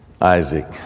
Isaac